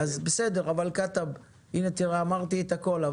בסדר, כתב, הנה תראה, אמרתי את הכול.